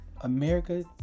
America